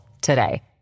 today